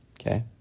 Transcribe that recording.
okay